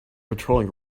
patrolling